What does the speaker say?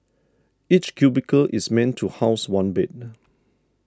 each cubicle is meant to house one bed